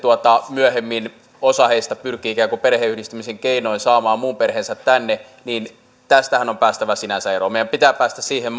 myöhemmin osa heistä pyrkii perheenyhdistämisen keinoin saamaan muun perheensä tänne tästähän on päästävä sinänsä eroon meidän pitää päästä siihen